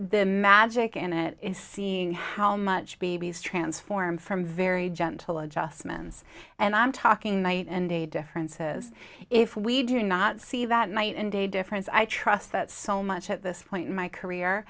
magic in it is seeing how much babies transform from very gentle adjustments and i'm talking night and day differences if we do not see that night and day difference i trust that so much at this point in my career